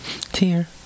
tear